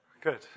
Good